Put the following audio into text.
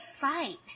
fight